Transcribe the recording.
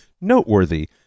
noteworthy